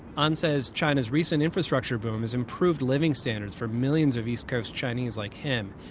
an says china's recent infrastructure boom has improved living standards for millions of east coast chinese like him.